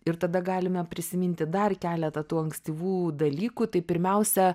ir tada galime prisiminti dar keletą tų ankstyvų dalykų tai pirmiausia